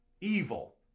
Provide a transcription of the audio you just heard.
evil